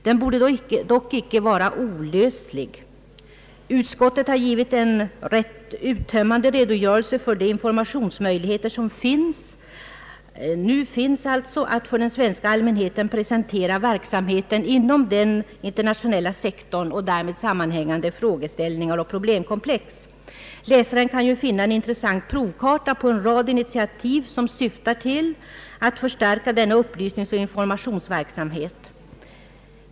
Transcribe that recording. Den borde dock icke vara olöslig. Utskottet har givit en rätt uttömmande redogörelse för de informationsmöjligheter som nu finns att för den svenska allmänheten presentera verksamheter inom den internationella sektorn och därmed sammanhängande frågeställningar och problemkomplex. Läsaren kan finna en intressant provkarta på en rad initiativ som syftar till att förstärka denna upplysningsoch informationsverksamhet.